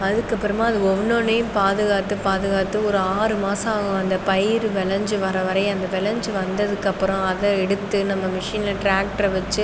அதுக்கு அப்புறமா அது ஒவ்வொன்றையும் பாதுகாத்து பாதுகாத்து ஒரு ஆறு மாசம் ஆகும் அந்த பயிறு விளஞ்சி வர வரையும் அந்த விளஞ்சி வந்ததுக்கு அப்புறம் அதை எடுத்து நம்ம மெஷினில் ட்ராக்ட்டரை வச்சு